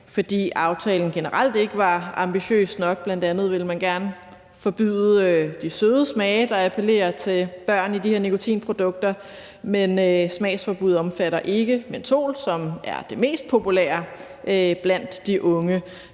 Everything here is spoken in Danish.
fordi aftalen generelt ikke var ambitiøs nok. Bl.a. ville man gerne forbyde de søde smage, der appellerer til børn, i de her nikotinprodukter, men smagsforbuddet omfatter ikke mentol, som er det mest populære blandt de unge.